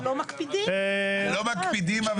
לא מקפידים,